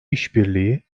işbirliği